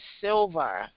silver